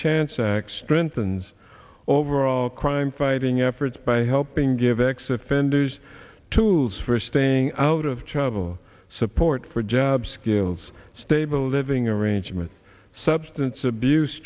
chance act strengthens overall crime fighting efforts by helping give ex offenders tools for staying out of child support for job skills stable living arrangement substance abuse